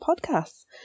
podcasts